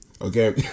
okay